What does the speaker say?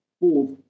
fourth